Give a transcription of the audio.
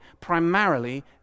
primarily